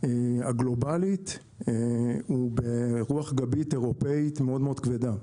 הגלובלית הוא ברוח גבית אירופאית מאוד מאוד כבדה.